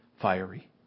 fiery